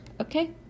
Okay